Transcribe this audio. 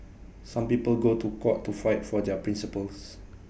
some people go to court to fight for their principles